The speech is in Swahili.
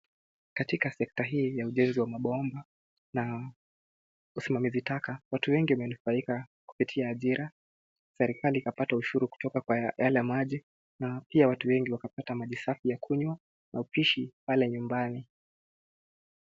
Katika sekta hii ya ujenzi wa mabomba na usimamizi taka, watu wengi wamenufaika kupitia ajira, serikali ikapata ushuru kutoka kwa yale maji na pia watu wengi wakapata maji ya kunywa na upishi pale nyumbani.